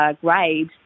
grade